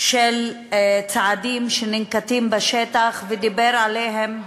של צעדים שננקטים בשטח, ודיבר עליהם,